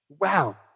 Wow